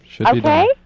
Okay